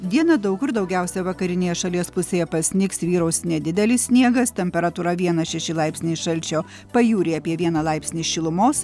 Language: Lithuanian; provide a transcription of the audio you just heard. dieną daug kur daugiausia vakarinėje šalies pusėje pasnigs vyraus nedidelis sniegas temperatūra vienas šeši laipsniai šalčio pajūry apie vieną laipsnį šilumos